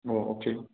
ꯑꯣ ꯑꯣꯀꯦ